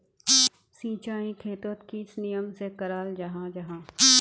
सिंचाई खेतोक किस नियम से कराल जाहा जाहा?